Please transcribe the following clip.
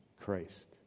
Christ